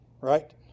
right